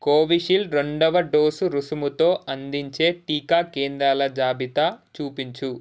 Covishield రెండవ dose రుసుముతో అందించే టికా కేంద్రాల జాబితా చూపించు